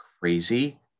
crazy